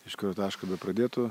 iš kurio taško bepradėtų